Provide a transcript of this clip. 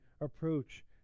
approach